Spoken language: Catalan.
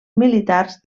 militars